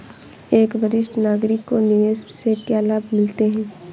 एक वरिष्ठ नागरिक को निवेश से क्या लाभ मिलते हैं?